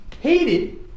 hated